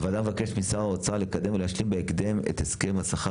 4. הוועדה מבקשת משר האוצר לקדם ולהשלים בהקדם את הסכם השכר